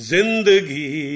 Zindagi